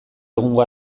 egungo